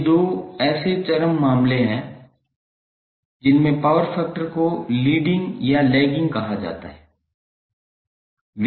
ये 2 ऐसे चरम मामले हैं जिनमें पावर फैक्टर को लीडिंग या लैगिंग कहा जाता है